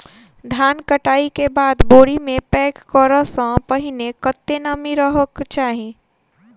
धान कटाई केँ बाद बोरी मे पैक करऽ सँ पहिने कत्ते नमी रहक चाहि?